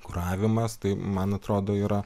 kuravimas tai man atrodo yra